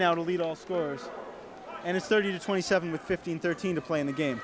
now to lead all scorers and it's thirty to twenty seven with fifteen thirteen to play in the game